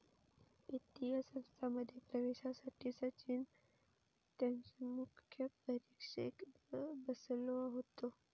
वित्तीय संस्थांमध्ये प्रवेशासाठी सचिन त्यांच्या मुख्य परीक्षेक बसलो होतो